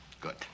good